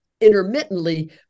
intermittently